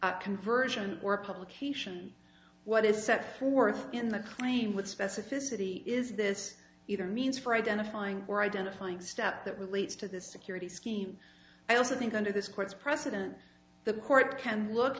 conversion or publication what is set forth in the claim with specificity is this either means for identifying or identifying step that relates to the security scheme i also think under this court's precedent the court can look